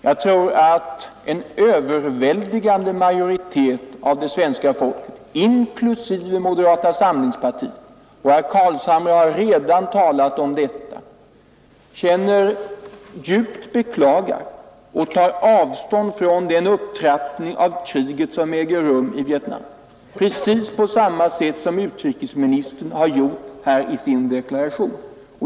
Jag tror att en överväldigande del av svenska folket, inklusive moderata samlingspartiet — herr Carlshamre har redan talat om detta — med djupt beklagande tar avstånd från den upptrappning av kriget som äger rum i Vietnam, precis på samma sätt som utrikesministern har gjort i sin deklaration.